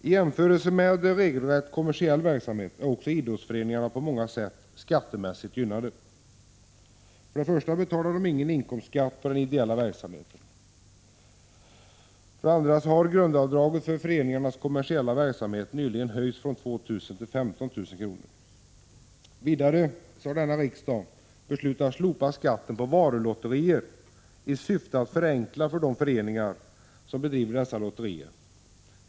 I jämförelse med regelrätt kommersiell verksamhet är idrottsföreningarna på många sätt skattemässigt gynnade. För det första betalar de ingen inkomstskatt för den ideella verksamheten. För det andra har grundavdraget för föreningars kommersiella verksamhet nyligen höjts från 2 000 till 15 000 kr. Vidare har denna riksdag beslutat slopa skatten på varulotterier, i syfte att förenkla för de föreningar som bedriver dessa lotterier.